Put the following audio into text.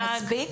זה מספיק?